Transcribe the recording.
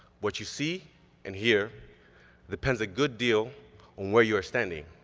what you see and hear depends a good deal on where you are standing.